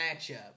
matchup